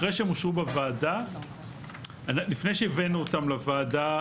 אחרי שהן אושרו בוועדה - לפני שהבאנו אותן לוועדה,